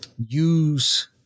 use